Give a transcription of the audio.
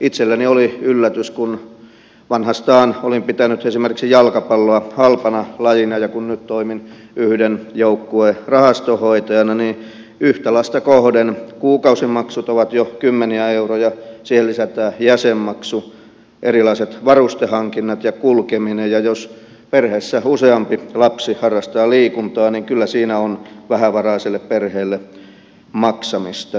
itselleni oli yllätys kun vanhastaan olin pitänyt esimerkiksi jalkapalloa halpana lajina että kun nyt toimin yhden joukkueen rahastonhoitajana niin yhtä lasta kohden kuukausimaksut ovat jo kymmeniä euroja ja siihen kun lisätään jäsenmaksu erilaiset varustehankinnat ja kulkeminen ja jos perheessä useampi lapsi harrastaa liikuntaa niin kyllä siinä on vähävaraiselle perheelle maksamista